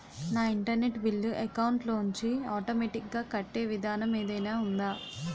నా internet bill account లోంచి automatic గా కట్టే విధానం ఏదైనా ఉందా?